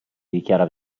dichiara